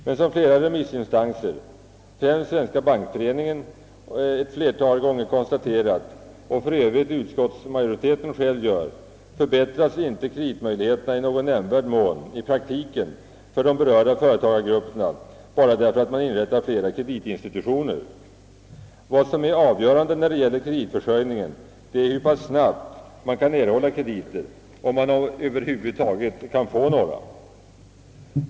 Men som flera remissinstanser, främst Svenska bankföreningen, ett flertal gånger konstaterat — vilket utskotts majoriteten för övrigt även själv gör — förbättras inte kreditmöjligheterna i nämnvärd mån i praktiken för de berörda företagargrupperna bara genom att flera kreditinstitut inrättas. Vad som är avgörande i fråga om kreditförsörjningen är hur snabbt man kan erhålla kredit och om man över huvud taget kan få någon.